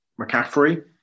McCaffrey